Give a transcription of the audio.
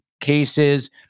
Cases